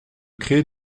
créer